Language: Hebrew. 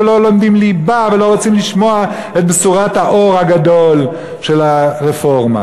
שלא לומדים ליבה ולא רוצים לשמוע את בשורת האור הגדול של הרפורמה.